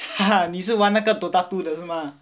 你是玩那个 DOTA two 的是吗